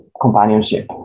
companionship